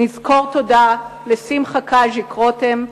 נכיר תודה לשמחה קז'יק רותם,